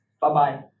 bye-bye